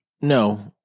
No